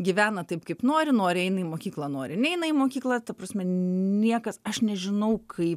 gyvena taip kaip nori nori eina į mokyklą nori neina į mokyklą ta prasme niekas aš nežinau kaip